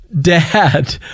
dad